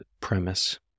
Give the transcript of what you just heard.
premise